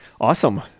Awesome